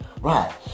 Right